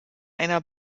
einer